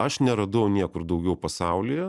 aš neradau niekur daugiau pasaulyje